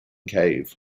cave